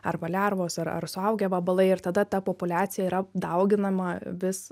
arba lervos ar ar suaugę vabalai ir tada ta populiacija yra dauginama vis